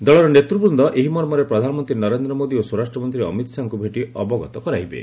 ଦଳର ନେତୃବୃନ୍ଦ ଏହି ମର୍ମରେ ପ୍ରଧାନମନ୍ତ୍ରୀ ନରେନ୍ଦ୍ର ମୋଦି ଓ ସ୍ୱରାଷ୍ଟ୍ରମନ୍ତ୍ରୀ ଅମିତ ଶାହାଙ୍କୁ ଭେଟି ଅବଗତ କରାଇବେ